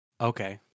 Okay